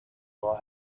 while